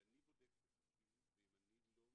כי אני בודק את המקרים ואם אני מגלה,